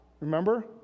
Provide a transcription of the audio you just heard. Remember